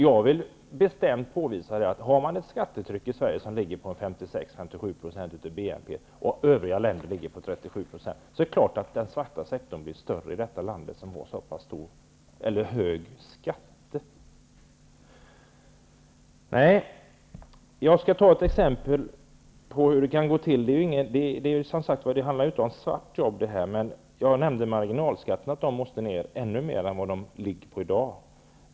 Jag vill bestämt påvisa att om skattetrycket i Sverige är 56--57 % av BNP och övriga länder ligger på 37 %, är det klart att den svarta sektorn blir större i det här landet. Jag skall ge ett exempel på hur det kan gå till. Det handlar här inte om svarta jobb. Jag nämnde att marginalskatterna måste sänkas från den nivå de är på i dag.